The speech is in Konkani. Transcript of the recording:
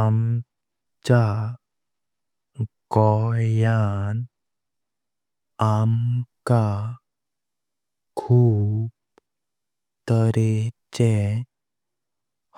आमच्या गोंयांत आमका खूप प्रकारचें